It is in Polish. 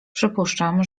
przypuszczam